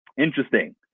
Interesting